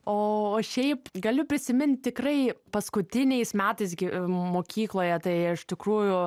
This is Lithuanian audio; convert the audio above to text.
o o šiaip galiu prisimint tikrai paskutiniais metais gi mokykloje tai iš tikrųjų